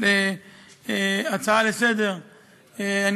של ההצעה לסדר-היום,